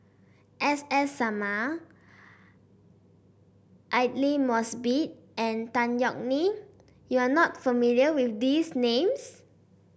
S S Sarma Aidli Mosbit and Tan Yeok Nee you are not familiar with these names